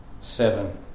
seven